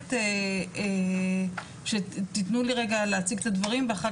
מבקשת שתתנו לי רגע להציג את הדברים ואחר